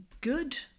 good